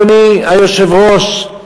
אדוני היושב-ראש,